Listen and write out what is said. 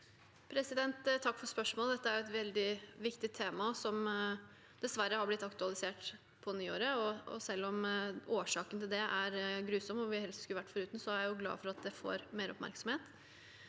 Takk for spørsmå- let. Dette er et veldig viktig tema, som dessverre har blitt aktualisert på nyåret. Selv om årsaken til det er grusom og noe vi helst skulle vært foruten, er jeg glad for at dette får mer oppmerksomhet.